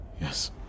Yes